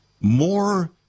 more